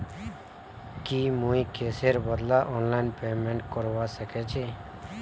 की मुई कैशेर बदला ऑनलाइन पेमेंट करवा सकेछी